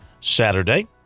Saturday